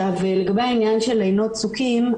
לגבי העניין של עינות צוקים,